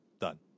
Done